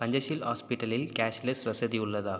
பஞ்சஷீல் ஹாஸ்பிட்டலில் கேஷ்லெஸ் வசதி உள்ளதா